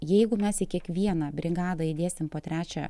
jeigu mes į kiekvieną brigadą įdėsim po trečią